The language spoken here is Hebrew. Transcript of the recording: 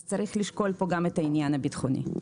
אז צריך לשקול פה גם את העניין הבטחוני.